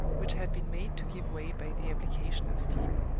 which had been made to give way by the application of steam.